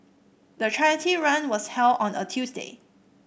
the charity run was held on a Tuesday